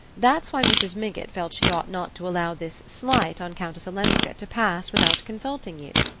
that's why mrs. mingott felt she ought not to allow this slight on countess olenska to pass without consulting you.